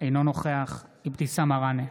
אינו נוכח אבתיסאם מראענה,